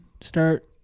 start